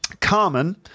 Carmen